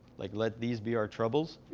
like, let these be our troubles.